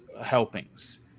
helpings